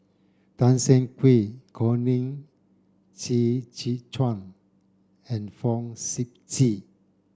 Tan Siah Kwee Colin Qi Zhe Quan and Fong Sip Chee